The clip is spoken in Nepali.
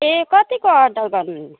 ए कतिको अर्डर गर्नुहुने